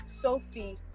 Sophie